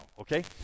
okay